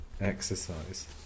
exercise